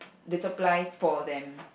the supplies for them